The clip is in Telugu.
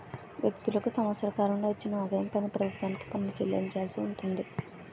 వ్యక్తులకు సంవత్సర కాలంలో వచ్చిన ఆదాయం పైన ప్రభుత్వానికి పన్ను చెల్లించాల్సి ఉంటుంది